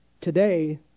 today